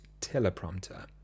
teleprompter